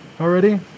already